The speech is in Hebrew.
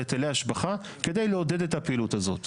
היטלי השבחה כדי לעודד את הפעילות הזאת.